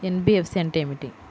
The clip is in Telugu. ఎన్.బీ.ఎఫ్.సి అంటే ఏమిటి?